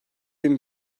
bin